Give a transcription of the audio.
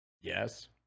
Yes